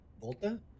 Volta